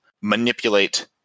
manipulate